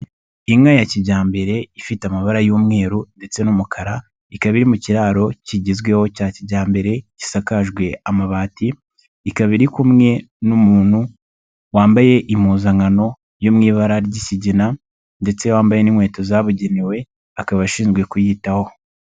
Inka ya kijyambere ifite amabara y'umweru ndetse n'umukara, ikaba iri mu kiraro kigezweho cya kijyambere, gisakajwe amabati, ikaba iri kumwe n'umuntu wambaye impuzankano yo mu ibara ry'ikigina ndetse wambaye n'inkweto zabugenewe, akaba ashinzwe kuyitaho.